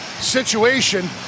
situation